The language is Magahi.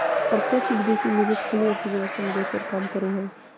प्रत्यक्ष विदेशी निवेश खुली अर्थव्यवस्था मे बेहतर काम करो हय